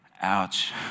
ouch